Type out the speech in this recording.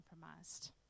compromised